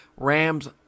Rams